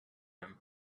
him